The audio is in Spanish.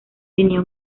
tenían